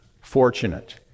fortunate